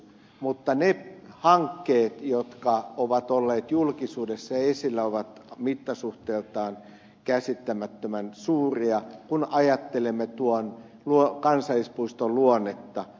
mutta ne hankkeet jotka ovat olleet julkisuudessa esillä ovat mittasuhteeltaan käsittämättömän suuria kun ajattelemme tuon kansallispuiston luonnetta